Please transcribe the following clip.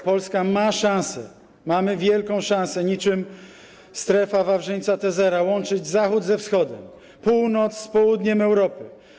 Polska ma szansę, mamy wielką szansę, niczym strefa Wawrzyńca Teisseyre’a, łączyć Zachód ze Wschodem, Północ z Południem Europy.